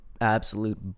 absolute